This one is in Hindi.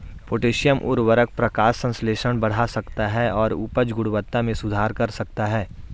पोटेशियम उवर्रक प्रकाश संश्लेषण बढ़ा सकता है और उपज गुणवत्ता में सुधार कर सकता है